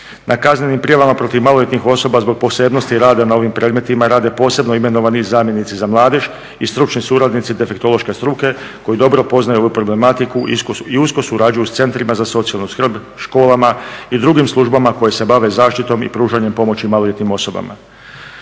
Na kaznenim prijavama protiv maloljetnih osoba zbog posebnosti rada na ovim predmetima rade posebno imenovani zamjenici za mladež i stručni suradnici defektološke struke koji dobro poznaju ovu problematiku i usko surađuju sa centrima za socijalnu skrb, školama i drugim službama koje se bave zaštitom i pružanjem pomoći maloljetnim osobama.